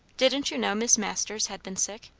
didn't you know miss masters had been sick?